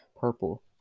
purple